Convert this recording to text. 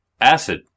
Acid